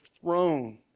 throne